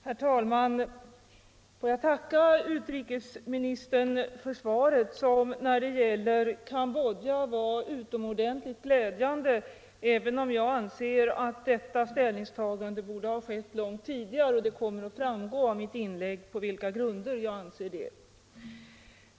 Herr talman! Jag tackar utrikesministern för svaret, som när det gäller Cambodja var utomordentligt glädjande även om jag anser att regeringens ställningstagande borde ha skett långt tidigare. Det kommer att framgå av mitt inlägg på vilka grunder jag anser det.